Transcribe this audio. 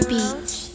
Beach